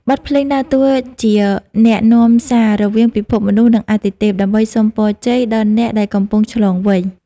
បទភ្លេងដើរតួជាអ្នកនាំសាររវាងពិភពមនុស្ស និងអាទិទេព ដើម្បីសុំពរជ័យដល់អ្នកដែលកំពុងឆ្លងវ័យ។